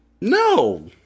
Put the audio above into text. No